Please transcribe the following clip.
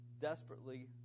desperately